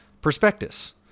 prospectus